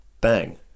Bang